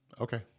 Okay